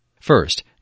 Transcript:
First